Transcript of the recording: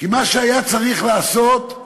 כי מה שהיה צריך לעשות,